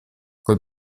col